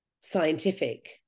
scientific